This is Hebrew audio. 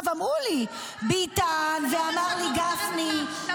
האם זאת תקופה שבאופן חריג אתה צריך להגיד לבנקים,